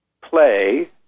play